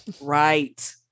Right